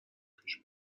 پیش